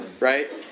Right